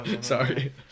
Sorry